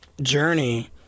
journey